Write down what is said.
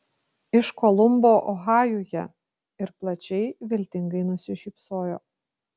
iš kolumbo ohajuje ir plačiai viltingai nusišypsojo